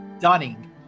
dunning